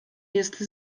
jest